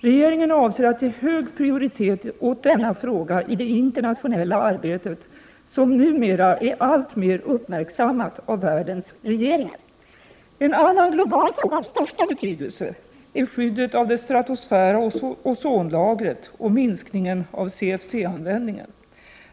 Regeringen avser att ge hög prioritet åt denna fråga i det internationella arbetet, som numera är alltmer uppmärksammat av världens regeringar. En annan global fråga av största betydelse är skyddet av det stratosfära ozonlagret och minskningen av CFC-användningen.